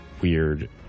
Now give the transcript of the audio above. weird